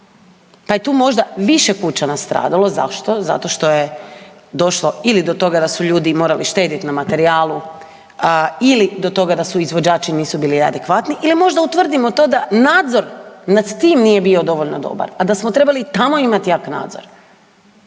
pa je tu možda više kuća nastradalo. Zašto? Zato što je došlo ili do toga da su ljudi morali štedit na materijalu ili do toga da izvođači nisu bili adekvatni ili možda utvrdimo to da nadzor nad tim nije bio dovoljno dobar, a da smo trebali tamo imat jak nadzor.